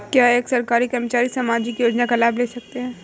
क्या एक सरकारी कर्मचारी सामाजिक योजना का लाभ ले सकता है?